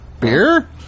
Beer